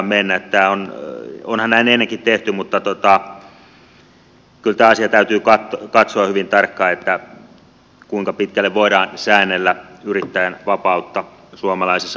onhan näin ennenkin tehty mutta kyllä tämä asia täytyy katsoa hyvin tarkkaan kuinka pitkälle voidaan säännellä yrittäjän vapautta suomalaisessa yhteiskunnassa